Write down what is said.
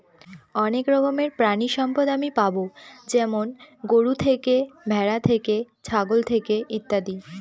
অনেক রকমের প্রানীসম্পদ আমি পাবো যেমন গরু থেকে, ভ্যাড়া থেকে, ছাগল থেকে ইত্যাদি